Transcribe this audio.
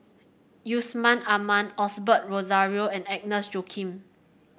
Yusman Aman Osbert Rozario and Agnes Joaquim